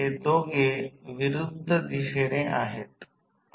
माझ्या मते हे व्होल्टेज V1 V2 आहे आणि जर हे दोन वाइंडिंग ट्रान्सफॉर्मर असेल तर ही V2 आहे